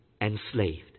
enslaved